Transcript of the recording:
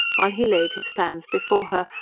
while he laid his plans before her,